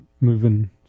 moving